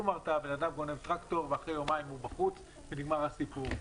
אדם גונב טרקטור ואחרי יומיים הוא בחוץ ונגמר הסיפור.